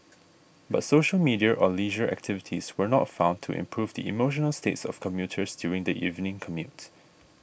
but social media or leisure activities were not found to improve the emotional states of commuters during the evening commute